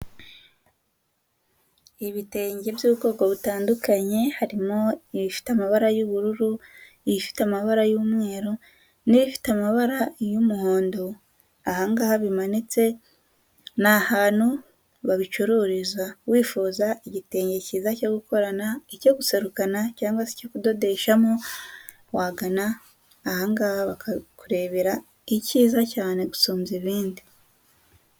Ibitenge by'ubwoko butandukanye, harimo ibifite amabara y'ubururu, ibifite amabara y'umweru n'ibifite amabara y'umuhondo, aha ngaha bimanitse ni ahantu babicururiza. Wifuza igitenge cyiza cyo gukorana, icyo guserukana cyangwa se icyo kudodeshamo, wagana aha ngaha bakakurebera icyiza cyane gusumbya ibindi.